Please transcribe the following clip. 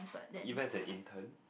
E maths and intern